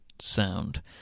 sound